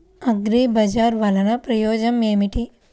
అగ్రిబజార్ వల్లన ప్రయోజనం ఏమిటీ?